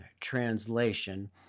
Translation